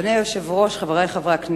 אדוני היושב-ראש, חברי חברי הכנסת,